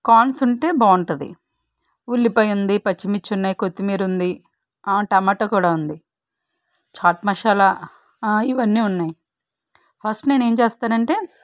కాన్సుంటే బాగుంటాది ఉల్లిపాయుంది పచ్చిమిర్చున్నాయి కొత్తిమీరుంది టమాటా కూడా ఉంది చాట్ మషాలా ఇవన్నీ ఉన్నాయి ఫస్ట్ నేనేం చేస్తానంటే